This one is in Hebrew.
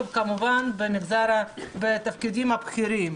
וכמובן בתפקידים הבכירים.